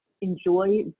enjoy